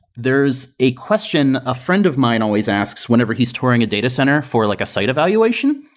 there is a question a friend of mine always asks whenever he's touring a data center for like a site evaluation,